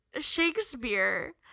Shakespeare